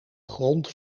grond